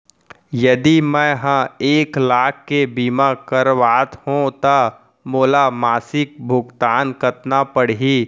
यदि मैं ह एक लाख के बीमा करवात हो त मोला मासिक भुगतान कतना पड़ही?